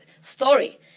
story